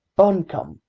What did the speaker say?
buncombe,